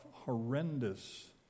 horrendous